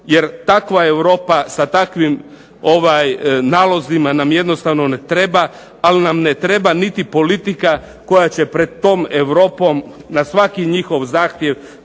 jer takva Europa sa takvim nalozima nam jednostavno ne treba. Ali nam ne treba niti politika koja će pred tom Europom na svaki njihov zahtjev